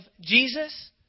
Jesus